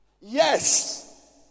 Yes